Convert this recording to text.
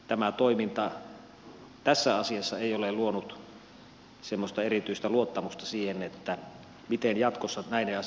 tämä toiminta tässä asiassa ei ole luonut semmoista erityistä luottamusta siihen miten jatkossa näiden asioiden suhteen tullaan menettelemään